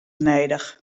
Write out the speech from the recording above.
nedich